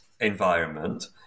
environment